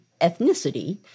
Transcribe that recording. ethnicity